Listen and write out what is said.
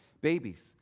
babies